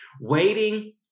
Waiting